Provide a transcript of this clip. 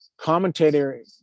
commentator